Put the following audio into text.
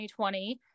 2020